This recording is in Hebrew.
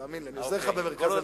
תאמין לי שאני עוזר לך במרכז הליכוד.